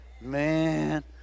Man